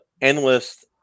endless